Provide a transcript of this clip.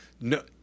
no